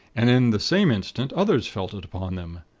and in the same instant others felt it upon them.